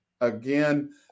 Again